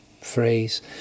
phrase